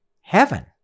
heaven